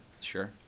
Sure